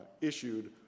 issued